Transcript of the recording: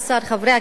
חברי הכנסת,